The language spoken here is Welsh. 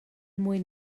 mwyn